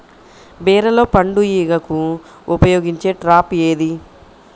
బీరలో పండు ఈగకు ఉపయోగించే ట్రాప్ ఏది?